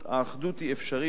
האחדות היא אפשרית,